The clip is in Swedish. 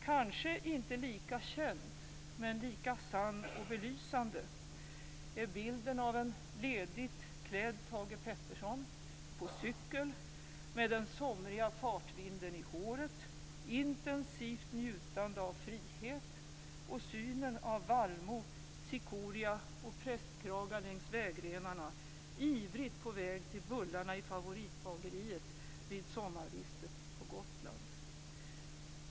Kanske inte lika känd - men lika sann och belysande - är bilden av en ledigt klädd Thage Peterson, på cykel, med den somriga fartvinden i håret, intensivt njutande av frihet och synen av vallmo, cikoria och prästkragar längs vägrenarna, ivrigt på väg till bullarna i favoritbageriet vid sommarvistet på Gotland.